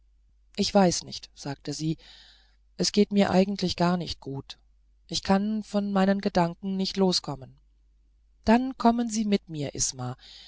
ich weiß nicht sagte sie es geht mir eigentlich gar nicht gut ich kann von meinen gedanken nicht loskommen dann kommen sie mit mir